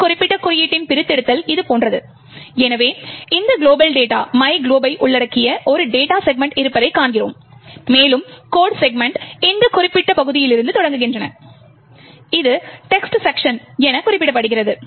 இந்த குறிப்பிட்ட குறியீட்டின் பிரித்தெடுத்தல் இதுபோன்றது எனவே இந்த குளோபல் டேட்டா myglob பை உள்ளடக்கிய ஒரு டேட்டா செக்மெண்ட் இருப்பதைக் காண்கிறோம் மேலும் கோட் செக்மெண்ட் இந்த குறிப்பிட்ட பகுதியிலிருந்து தொடங்குகின்றன இது டெக்ஸ்ட் செக்க்ஷன் என குறிக்கப்படுகிறது